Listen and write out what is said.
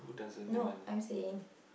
no I'm saying